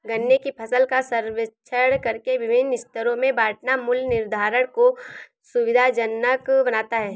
गन्ने की फसल का सर्वेक्षण करके विभिन्न स्तरों में बांटना मूल्य निर्धारण को सुविधाजनक बनाता है